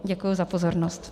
Děkuji za pozornost.